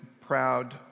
proud